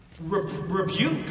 rebuke